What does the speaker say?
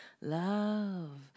Love